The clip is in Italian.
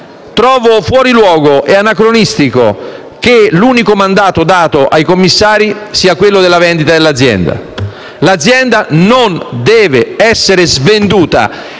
Trovo fuori luogo e anacronistico che l'unico mandato dato ai commissari sia quello per la vendita dell'azienda. *(Applausi del senatore Dal